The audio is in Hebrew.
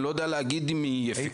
אני לא יודע להגיד אם היא אפקטיבית"?